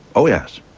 oh yes,